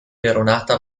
peperonata